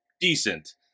Decent